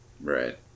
Right